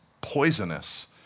poisonous